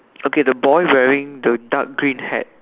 okay the boy wearing the dark green hat